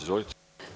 Izvolite.